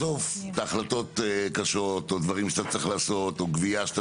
בסוף את ההחלטות הקשות או דברים שאתה צריך לעשות או גבייה שאתה